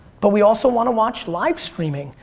but we also want to watch live streaming.